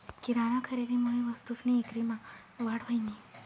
किराना खरेदीमुये वस्तूसनी ईक्रीमा वाढ व्हयनी